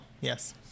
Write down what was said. yes